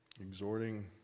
exhorting